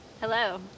Hello